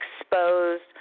exposed